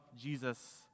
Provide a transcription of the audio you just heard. jesus